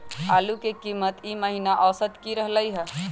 आलू के कीमत ई महिना औसत की रहलई ह?